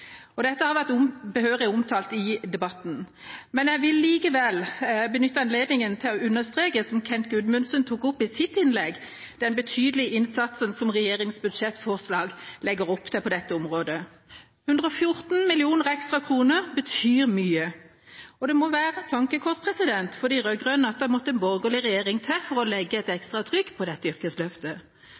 livet. Dette har vært behørig omtalt i debatten, men jeg vil allikevel benytte anledningen til å understreke, noe som også Kent Gudmundsen tok opp i sitt innlegg, den betydelige innsatsen som regjeringas budsjettforslag legger opp til på dette området. 114 mill. kr ekstra betyr mye. Det må være et tankekors for de rød-grønne at det måtte en borgerlig regjering til for å legge et ekstra trykk på dette yrkesløftet.